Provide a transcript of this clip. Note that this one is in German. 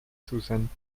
zusenden